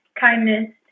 kindness